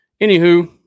Anywho